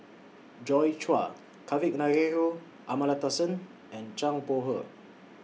Joi Chua Kavignareru Amallathasan and Zhang Bohe